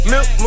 Milk